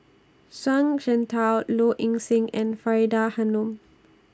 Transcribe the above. Zhuang Shengtao Low Ing Sing and Faridah Hanum